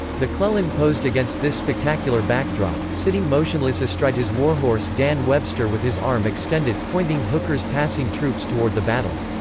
mcclellan posed against this spectacular backdrop, sitting motionless astride his warhorse dan webster with his arm extended, pointing hooker's passing troops toward the battle.